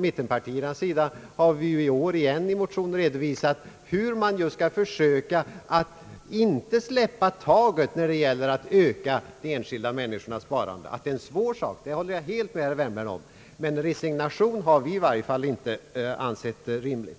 mittenpartiernas sida har vi ju i år på nytt i motion redovisat hur man skall försöka att inte släppa taget när det gäller att öka de enskilda människornas sparande. Att uppgiften är svår håller jag helt med herr Wärnberg om, men resignation har i varje fall inte vi ansett rimlig.